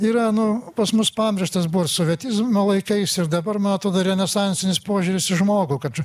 yra nu pas mus pamirštas buvo ir sovietizmo laikais ir dabar mato dar renesansinis požiūris į žmogų kad